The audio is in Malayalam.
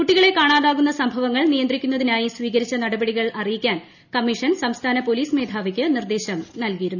കുട്ടികളെ കാണാതാകുന്ന സംഭവങ്ങൾ നിയന്ത്രിക്കുന്നതിനായി സ്വീകരിച്ച നടപടികൾ അറിയിക്കാൻ കമ്മീഷൻ സംസ്ഥാന പൊലീസ് മേധാവിക്ക് നിർദ്ദേശം നൽകിയിരുന്നു